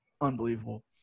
unbelievable